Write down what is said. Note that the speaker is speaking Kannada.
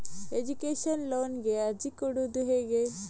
ಎಜುಕೇಶನ್ ಲೋನಿಗೆ ಅರ್ಜಿ ಕೊಡೂದು ಹೇಗೆ?